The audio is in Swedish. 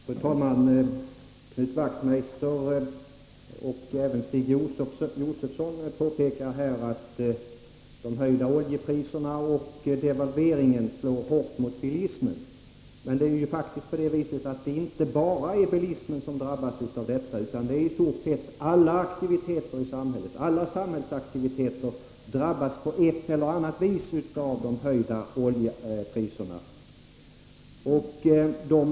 Fru talman! Knut Wachtmeister och även Stig Josefson påpekar att de höjda oljepriserna och devalveringen slår hårt mot bilismen. Men det är faktiskt inte bara bilismen som drabbas. I stort sett drabbas alla samhällsaktiviteter på ett eller annat vis av de höjda oljepriserna och devalveringen.